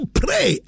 pray